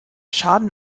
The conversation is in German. schaden